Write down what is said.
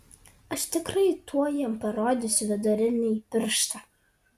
aš tikrai tuoj jam parodysiu vidurinįjį pirštą